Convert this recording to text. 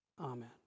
Amen